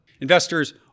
Investors